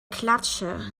klatsche